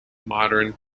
modern